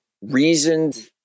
reasoned